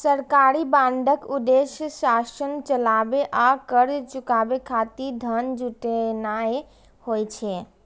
सरकारी बांडक उद्देश्य शासन चलाबै आ कर्ज चुकाबै खातिर धन जुटेनाय होइ छै